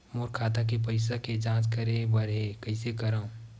मोर खाता के पईसा के जांच करे बर हे, कइसे करंव?